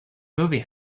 movie